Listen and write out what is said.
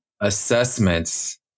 assessments